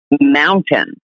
mountain